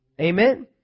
Amen